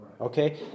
okay